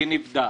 ונבדק